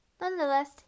Nonetheless